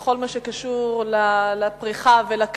בכל מה שקשור לפריחה ולכלכלה,